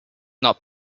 not